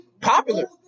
Popular